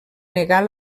negar